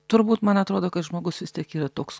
turbūt man atrodo kad žmogus vis tiek yra toks